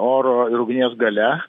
oro ir ugnies galia